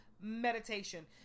Meditation